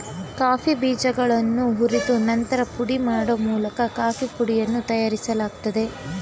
coffee ಬೀಜಗಳನ್ನು ಹುರಿದು ನಂತರ ಪುಡಿ ಮಾಡೋ ಮೂಲಕ ಕಾಫೀ ಪುಡಿಯನ್ನು ತಯಾರಿಸಲಾಗ್ತದೆ